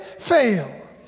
fail